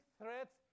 threats